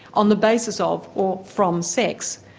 on the basis of or from, sex.